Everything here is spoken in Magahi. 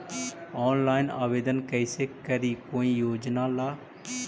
ऑनलाइन आवेदन कैसे करी कोई योजना ला?